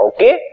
Okay